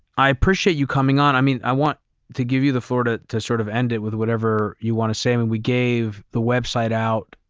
i appreciate you coming on. i mean, i want to give you the floor to to sort of end it with whatever you want to say. i mean we gave the website out,